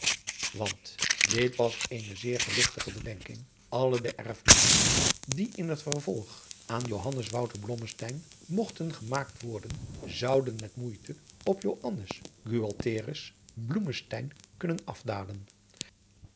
want dit was eene zeer gewigtige bedenking alle de erfmakingen die in het vervolg aan johannes wouter blommesteyn mogten gemaakt worden zouden met moeite op joannes gualtherus bloemestein kunnen afdalen